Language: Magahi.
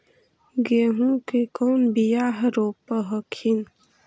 गेहूं के कौन बियाह रोप हखिन?